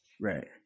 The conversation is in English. Right